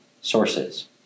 sources